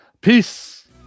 peace